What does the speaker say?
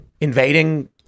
invading